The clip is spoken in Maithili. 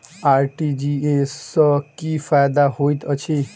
आर.टी.जी.एस सँ की फायदा होइत अछि?